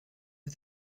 est